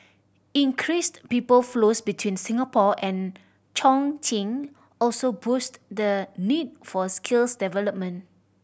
increased people flows between Singapore and Chongqing also boost the need for skills development